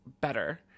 better